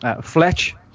Fletch